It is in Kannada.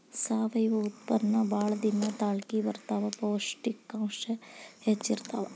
ಸಾವಯುವ ಉತ್ಪನ್ನಾ ಬಾಳ ದಿನಾ ತಾಳಕಿ ಬರತಾವ, ಪೌಷ್ಟಿಕಾಂಶ ಹೆಚ್ಚ ಇರತಾವ